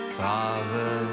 father